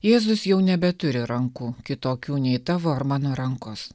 jėzus jau nebeturi rankų kitokių nei tavo ar mano rankos